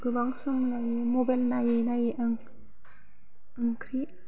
गोबां सम लायो मबाइल नायै नायै ओंख्रि